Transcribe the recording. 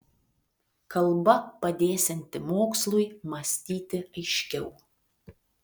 kalba padėsianti mokslui mąstyti aiškiau